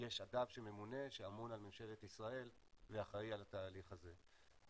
יש אדם שממונה שאמון על ממשלת ישראל ואחראי על התהליך הזה.